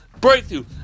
breakthrough